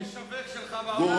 הוא המשווק שלך בעולם עכשיו,